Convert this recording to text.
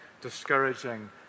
discouraging